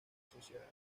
asociadas